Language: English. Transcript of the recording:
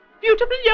beautiful